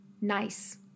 nice